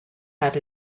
had